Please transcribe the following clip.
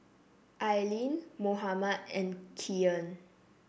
Aileen Mohammed and Kyan